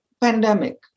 pandemic